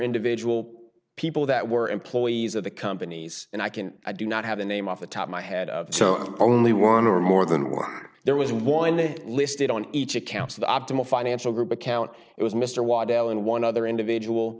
individual people that were employees of the companies and i can i do not have a name off the top my head of only one or more than one there was one they listed on each account of the optimal financial group account it was mr waddell and one other individual